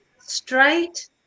straight